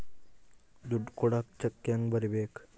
ದುಡ್ಡು ಕೊಡಾಕ ಚೆಕ್ ಹೆಂಗ ಬರೇಬೇಕು?